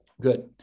Good